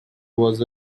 was